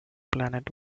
planet